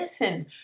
listen